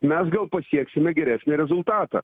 mes gal pasieksime geresnį rezultatą